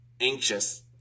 anxious